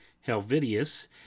Helvidius